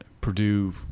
Purdue